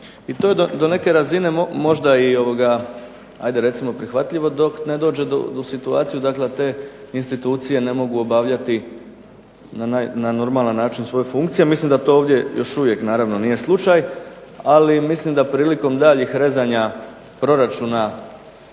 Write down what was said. To je do neke razine možda i prihvatljivo dok ne dođe u situacija da te institucije ne mogu obavljati na normalan način svoje funkcije, mislim da to još uvijek nije slučaj ali mislim da prilikom daljnjih rezanja proračuna